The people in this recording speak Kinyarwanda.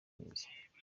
myiza